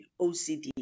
OCD